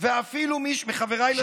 לסיעה או אפילו לא מהסיעה,